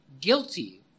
guilty